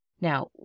Now